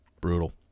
Brutal